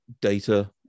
data